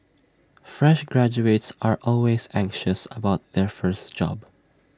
fresh graduates are always anxious about their first job